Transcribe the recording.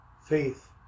Faith